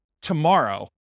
tomorrow